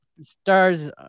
Stars